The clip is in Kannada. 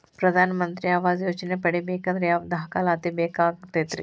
ಪ್ರಧಾನ ಮಂತ್ರಿ ಆವಾಸ್ ಯೋಜನೆ ಪಡಿಬೇಕಂದ್ರ ಯಾವ ದಾಖಲಾತಿ ಬೇಕಾಗತೈತ್ರಿ?